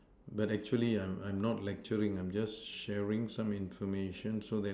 but actually I'm I'm not lecturing I'm just sharing some information so that